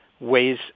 ways